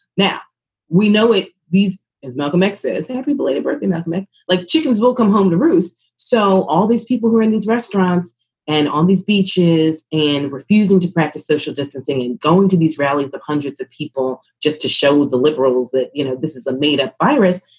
now we know it. these is malcolm x's happy belated birthday. malcolm x, like chickens will come home to roost. so all these people who are in these restaurants and on these beaches and refusing to practice social distancing and going to these rallies of hundreds of people just to show the liberals that, you know, this is a made up virus,